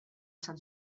san